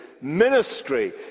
ministry